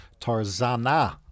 Tarzana